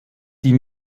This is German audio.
die